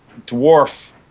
dwarf